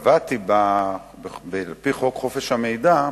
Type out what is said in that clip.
וקבעתי בה על-פי חוק חופש המידע,